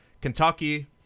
Kentucky